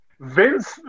Vince